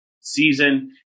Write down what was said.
season